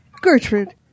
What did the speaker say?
gertrude